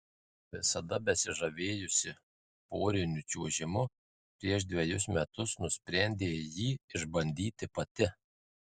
visada besižavėjusi poriniu čiuožimu prieš dvejus metus nusprendė jį išbandyti pati